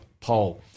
poll